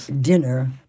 dinner